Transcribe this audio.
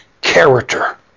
character